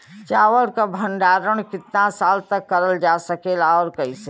चावल क भण्डारण कितना साल तक करल जा सकेला और कइसे?